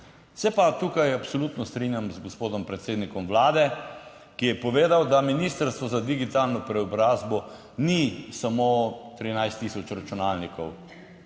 Se pa tukaj absolutno strinjam z gospodom predsednikom vlade, ki je povedal, da ministrstvo za digitalno preobrazbo ni samo 13000 računalnikov,